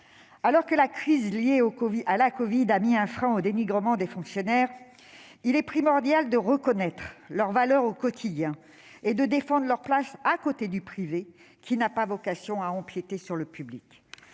Alors que la crise liée à la covid a mis un frein au dénigrement des fonctionnaires, il est primordial de reconnaître leur valeur au quotidien et de défendre leur place au côté du privé, qui n'a pas vocation à empiéter sur le public.